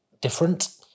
different